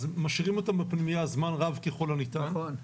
אז משאירים אותם בפנימייה זמן רב ככל הניתן,